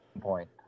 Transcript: point